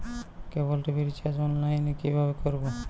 কেবল TV recharge online এ কিভাবে করব?